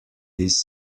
this